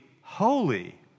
holy